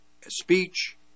speech